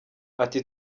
ati